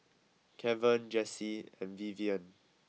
Kevan Jessee and Vivienne